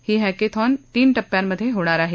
ही hackathon तीन टप्प्यामध्ये होणार आहे